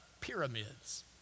pyramids